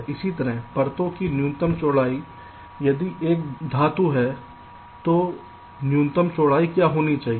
इसी तरह परतों की न्यूनतम चौड़ाई यदि यह धातु है तो न्यूनतम चौड़ाई क्या होनी चाहिए